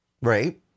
Right